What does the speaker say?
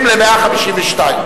ל-152.